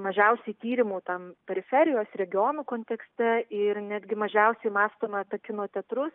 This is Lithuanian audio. mažiausiai tyrimų tam periferijos regionų kontekste ir netgi mažiausiai mąstoma apie kino teatrus